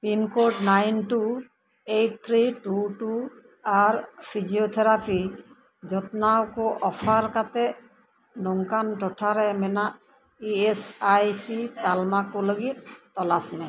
pin code nine two eight three two two ᱟᱨ physiotherapy ᱡᱚᱛᱱᱟᱣ ᱠᱚ offer ᱠᱟᱛᱮᱜ ᱱᱚᱝᱠᱟᱱ ᱴᱚᱴᱷᱟ ᱨᱮ ᱢᱮᱱᱟᱜ ᱤ ᱮᱥ ᱟᱭ ᱥᱤ ᱛᱟᱞᱢᱟ ᱠᱚ ᱞᱟᱹᱜᱤᱫ ᱛᱚᱞᱟᱥ ᱢᱮ